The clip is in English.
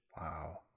Wow